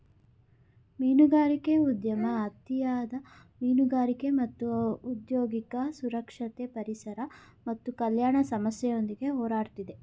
ಮೀನುಗಾರಿಕೆ ಉದ್ಯಮ ಅತಿಯಾದ ಮೀನುಗಾರಿಕೆ ಮತ್ತು ಔದ್ಯೋಗಿಕ ಸುರಕ್ಷತೆ ಪರಿಸರ ಮತ್ತು ಕಲ್ಯಾಣ ಸಮಸ್ಯೆಯೊಂದಿಗೆ ಹೋರಾಡ್ತಿದೆ